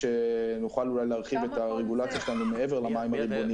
כשנוכל אולי להרחיב את הרגולציה שלנו מעבר למים הריבוניים.